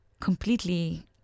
completely